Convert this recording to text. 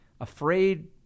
afraid